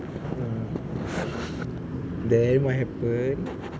mm then what happened